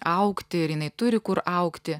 augti ir jinai turi kur augti